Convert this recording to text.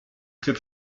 clubs